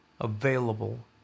available